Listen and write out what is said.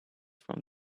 from